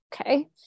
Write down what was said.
okay